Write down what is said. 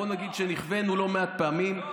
בוא נגיד שנכווינו לא מעט פעמים.